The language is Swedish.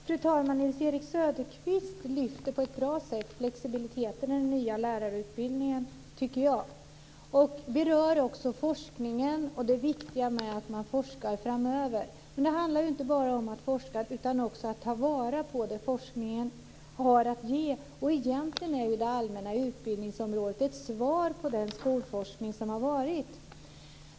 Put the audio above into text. Fru talman! Nils-Erik Söderqvist lyfter på ett bra sätt fram frågan om flexibiliteten i den nya lärarutbildningen, tycker jag. Han berör också forskningen och det viktiga i att man forskar framöver. Men det handlar inte bara om att forska utan också om att ta vara på det som forskningen har att ge. Egentligen är ju det allmänna utbildningsområdet ett svar på den skolforskning som har skett.